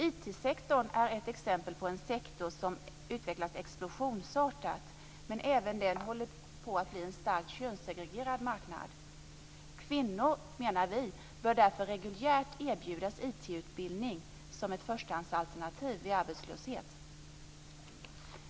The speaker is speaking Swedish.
IT-sektorn är en sektor som utvecklas explosionsartat, men även den håller på att bli en starkt könssegregerad marknad. Kvinnor bör därför reguljärt erbjudas IT-utbildning som ett förstahandsalternativ vid arbetslöshet.